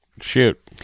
Shoot